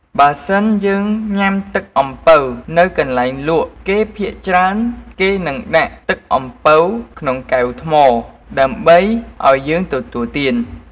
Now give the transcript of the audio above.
បើសិនយើងញុាំទឹកអំពៅនៅកន្លែងលក់គេ ភាគច្រើនគេនឹងដាក់ទឹកអំពៅក្នុងកែវថ្មដើម្បីឱ្យយើងទទួលទាន។